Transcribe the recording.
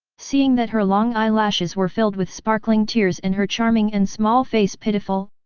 seeing that her long eyelashes were filled with sparkling tears and her charming and small face pitiful,